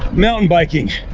mountain biking.